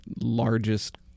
largest